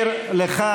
בשנה.